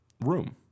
room